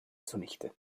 zunichte